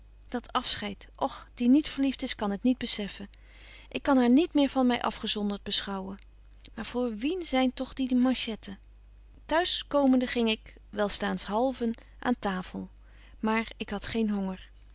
dat afscheid och die niet verlieft is kan het niet bezeffen ik kan haar niet meer van my afgezondert beschouwen maar voor wien zyn toch die manchetten betje wolff en aagje deken historie van mejuffrouw sara burgerhart t'huis komende ging ik welstaans halven aan tafel maar ik had geen honger